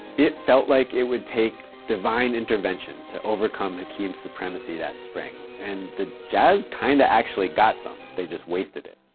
it felt like it would take divine intervention to overcome hakeem's supremacy that spring, and the jazz kind of actually got some they just wasted it.